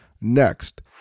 Next